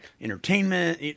entertainment